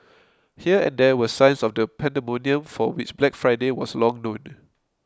here and there were signs of the pandemonium for which Black Friday was long known